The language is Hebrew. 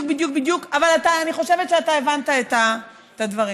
אבל אני חושבת שאתה הבנת את הדברים.